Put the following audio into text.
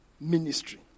ministry